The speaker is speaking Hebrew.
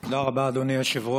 תודה רבה, אדוני היושב-ראש.